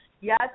yes